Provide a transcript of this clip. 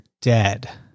dead